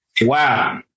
wow